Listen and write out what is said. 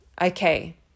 okay